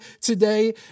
today